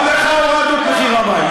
גם לך הורדנו את מחיר המים.